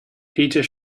peter